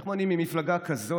איך מונעים ממפלגה כזאת,